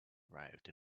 arrived